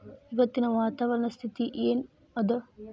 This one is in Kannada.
ಇವತ್ತಿನ ವಾತಾವರಣ ಸ್ಥಿತಿ ಏನ್ ಅದ?